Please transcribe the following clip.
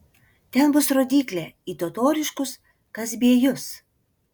ten bus rodyklė į totoriškus kazbiejus